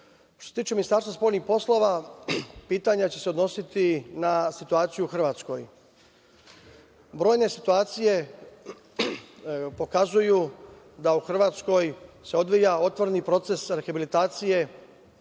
se tiče Ministarstva spoljnih poslova, pitanja će se odnositi na situaciju u Hrvatskoj. Brojne situacije pokazuju da se u Hrvatskoj odvija otvoreni proces rehabilitacije